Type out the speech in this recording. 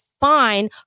fine